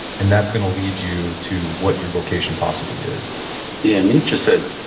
and that's going to lead you to what your vocation possibly is yeah, nietzsche said,